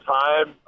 time